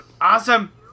Awesome